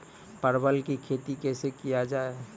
परवल की खेती कैसे किया जाय?